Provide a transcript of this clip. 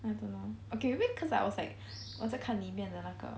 I don't know okay maybe cause I was like 我只看里面的那个